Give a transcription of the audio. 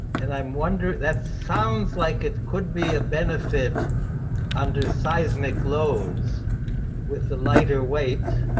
and i wonder, that sounds like it could be a benefit under seismic loads with the lighter weight.